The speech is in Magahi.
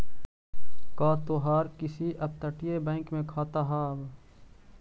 का तोहार किसी अपतटीय बैंक में खाता हाव